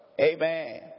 Amen